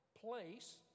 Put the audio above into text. place